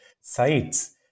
sites